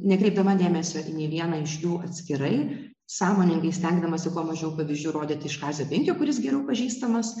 nekreipdama dėmesio nei į viena iš jų atskirai sąmoningai stengdamasi kuo mažiau pavyzdžių rodyti iš kazio binkio kuris geriau pažįstamas